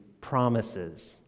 promises